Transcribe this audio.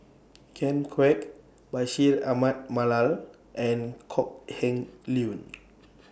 Ken Kwek Bashir Ahmad Mallal and Kok Heng Leun